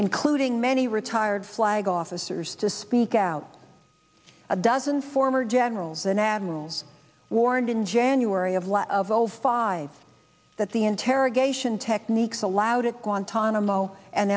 including many retired flag officers to speak out a dozen former generals and admirals warned in january of last of zero five that the interrogation techniques allowed at guantanamo and